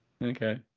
Okay